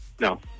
no